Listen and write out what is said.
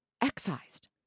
excised